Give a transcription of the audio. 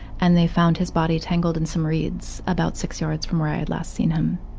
and they found his body tangled in some reeds about six yards from where i had last seen him.